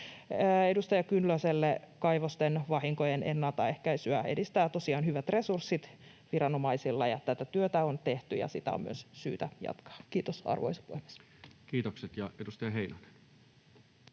Edustaja Kyllöselle: Kaivosten vahinkojen ennaltaehkäisyä edistävät tosiaan hyvät resurssit viranomaisilla. Tätä työtä on tehty, ja sitä on myös syytä jatkaa. — Kiitos, arvoisa puhemies. Kiitokset. — Ja edustaja Heinonen.